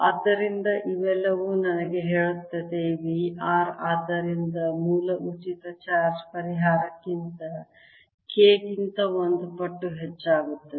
ಆದ್ದರಿಂದ ಇದೆಲ್ಲವೂ ನನಗೆ ಹೇಳುತ್ತದೆ V r ಆದ್ದರಿಂದ ಮೂಲ ಉಚಿತ ಚಾರ್ಜ್ ಪರಿಹಾರಕ್ಕಿಂತ K ಗಿಂತ 1 ಪಟ್ಟು ಹೆಚ್ಚಾಗುತ್ತದೆ